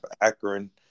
Akron